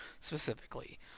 specifically